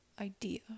idea